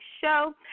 show